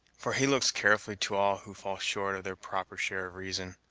for he looks carefully to all who fall short of their proper share of reason.